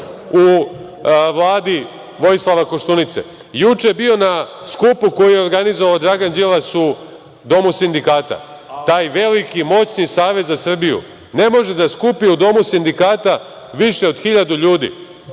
u Vladi Vojislava Koštunice. Juče bio na skupu koji je organizova Dragan Đilas u Domu sindikata. Taj veliki moćni Savez za Srbiju ne može da skupi u Domu sindikata više od hiljadu ljudi.